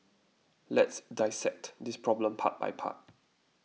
let's dissect this problem part by part